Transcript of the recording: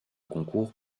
concours